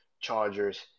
Chargers